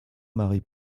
marie